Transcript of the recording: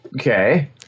Okay